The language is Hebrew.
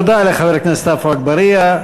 תודה לחבר הכנסת עפו אגבאריה.